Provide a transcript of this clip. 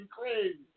crazy